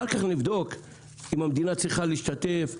אחר כך נבדוק אם המדינה צריכה להשתתף,